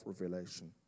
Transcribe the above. Revelation